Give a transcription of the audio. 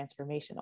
transformational